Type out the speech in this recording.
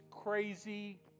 crazy